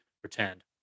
pretend